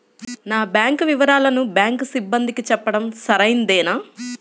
నా బ్యాంకు వివరాలను బ్యాంకు సిబ్బందికి చెప్పడం సరైందేనా?